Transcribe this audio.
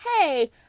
Hey